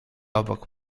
obok